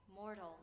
Mortal